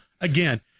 Again